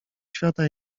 świata